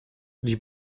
die